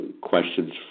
questions